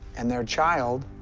and their child.